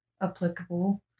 applicable